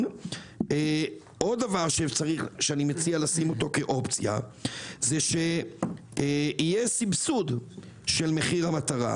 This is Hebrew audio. עוד דבר שאני מציע לשים אותו כאופציה זה שיהיה סבסוד של מחיר המטרה.